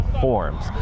forms